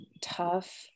tough